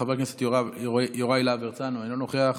חבר הכנסת יוראי להב הרצנו, אינו נוכח,